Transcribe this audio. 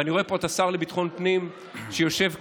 ואני רואה פה את השר לביטחון הפנים, שיושב כאן,